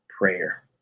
prayer